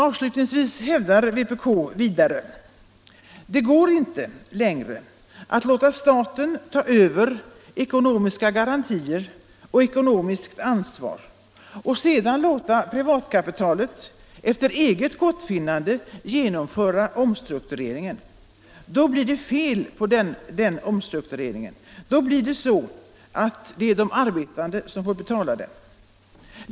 Avslutningsvis hävdar vpk: Det går inte längre att låta staten ta över ekonomiska garantier och ekonomiskt ansvar och sedan låta privatkapitalet efter eget gottfinnande genomföra omstruktureringen. Då blir det fel på den omstruktureringen. Då får de arbetande betala den.